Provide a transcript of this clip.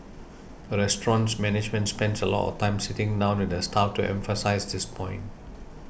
the restaurant's management spends a lot of time sitting down with the staff to emphasise this point